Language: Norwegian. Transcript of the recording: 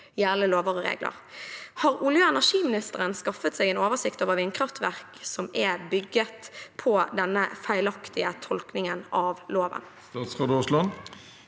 gjeldende lover og regler. Har olje- og energiministeren skaffet seg en oversikt over vindkraftverk som er bygget på denne feilaktige tolkningen av loven? Statsråd Terje